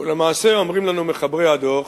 ולמעשה אומרים לנו מחברי הדוח